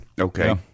Okay